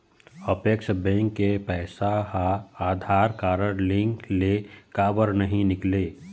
Apex bank के पैसा हा आधार कारड लिंक ले काबर नहीं निकले?